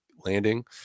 landing